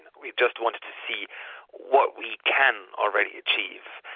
we just wanted to see what we can already achieve.